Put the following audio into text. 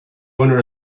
owner